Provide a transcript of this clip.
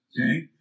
okay